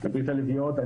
מברית הלביאות.